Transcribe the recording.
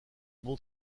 bon